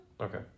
okay